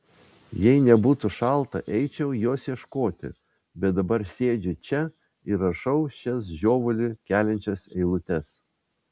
jei nebūtų šalta eičiau jos ieškoti bet dabar sėdžiu čia ir rašau šias žiovulį keliančias eilutes